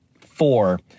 Four